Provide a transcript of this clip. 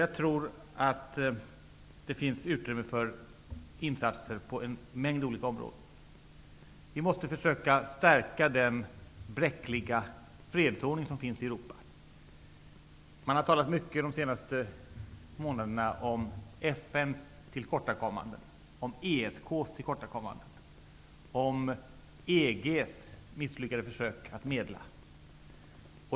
Jag tror att det finns utrymme för insatser på en mängd olika områden. Vi måste försöka stärka den bräckliga fredsordning som finns i Europa. Man har de senaste månaderna talat mycket om FN:s tillkortakommanden, ESK:s tillkortakommanden och EG:s misslyckade försök att medla.